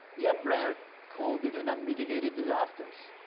ian blair called it an unmitigated disaster.